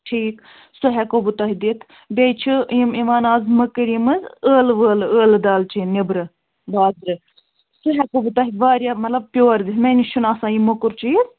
ٹھیٖک سُہ ہٮ۪کو بہٕ تۅہہِ دِتھ بیٚیہِ چھِ یِم یِوان اَز مٔکٔرۍ یِم حظ ٲلہٕ وٲلہٕ ٲلہٕ دالہٕ چیٖن نیٚبرٕ بازرٕ سُہ ہٮ۪کو بہٕ تۅہہِ وارِیاہ مطلب پیٛوٗوَر دِتھ مےٚ نِش چھُنہٕ آسان یہِ مۄکُر چیٖز